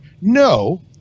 no